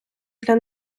для